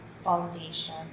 Foundation